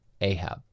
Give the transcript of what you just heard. Ahab